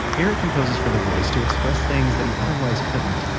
eric composed for the voice to express things that he otherwise couldn't.